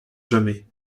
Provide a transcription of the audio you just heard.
jamais